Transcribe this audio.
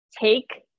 take